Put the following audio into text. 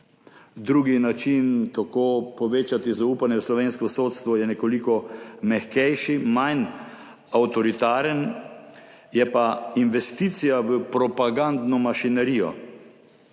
Drugi način, kako povečati zaupanje v slovensko sodstvo, je nekoliko mehkejši, manj avtoritaren, je pa investicija v propagandno mašinerijo.